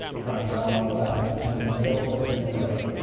tranche one on the left, two in the middle, three on the right.